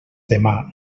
demà